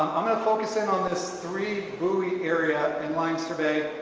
i'm going to focus in on this three buoy area in leinster bay.